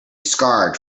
scarred